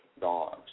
dogs